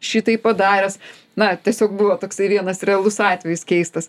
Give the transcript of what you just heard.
šitai padaręs na tiesiog buvo tasai vienas realus atvejis keistas